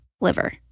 liver